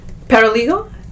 paralegal